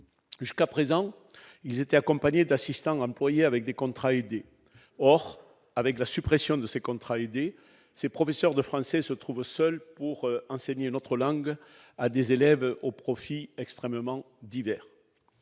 Jusqu'à présent, ils étaient accompagnés d'assistants, employés avec des contrats aidés. Or, avec la suppression des contrats aidés, ces professeurs de français se trouvent seuls pour enseigner notre langue à des élèves aux profils extrêmement divers.